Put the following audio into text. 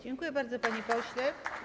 Dziękuję bardzo, panie pośle.